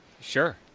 Sure